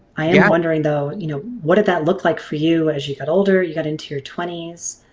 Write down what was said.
i am wondering though you know what did that look like for you as you got older you got into your twenty s?